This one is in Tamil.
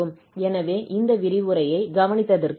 எனவே இந்த விரிவுரையை கவனித்திற்கு நன்றி